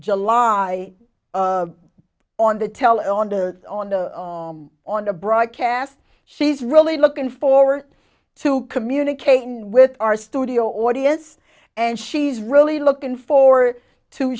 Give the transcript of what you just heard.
telephone on the on the broadcast she's really looking forward to communicating with our studio audience and she's really looking forward to